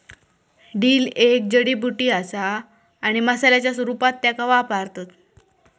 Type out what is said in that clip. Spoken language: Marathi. डिल एक जडीबुटी असा आणि मसाल्याच्या रूपात त्येका वापरतत